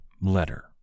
letter